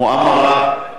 "מועמרה" מזימה.